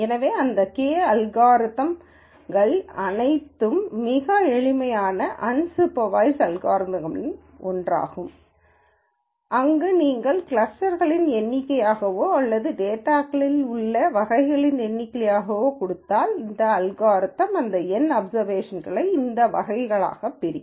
எனவே அந்த K அல்காரிதம்கள் அனைத்தும் மிக எளிமையான அன்சூப்பர்வய்ஸ்ட் அல்காரிதம்களில் ஒன்றாகும் அங்கு நீங்கள் கிளஸ்டர்களின் எண்ணிக்கையையோ அல்லது டேட்டாகளில் உள்ள வகைகளின் எண்ணிக்கையையோ கொடுத்தால் இந்த அல்காரிதம் இந்த N அப்சர்வேஷன்களை இந்த வகைகளாகப் பிரிக்கும்